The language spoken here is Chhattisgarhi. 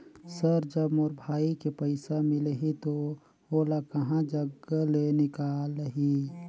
सर जब मोर भाई के पइसा मिलही तो ओला कहा जग ले निकालिही?